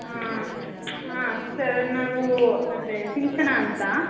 ಹಾಂ ಹಾಂ ಸರ್ ನಾವು ಅದೇ ಸಿಂಚನ ಅಂತ